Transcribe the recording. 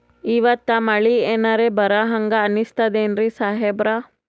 ಇವತ್ತ ಮಳಿ ಎನರೆ ಬರಹಂಗ ಅನಿಸ್ತದೆನ್ರಿ ಸಾಹೇಬರ?